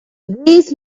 this